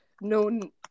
known